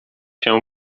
się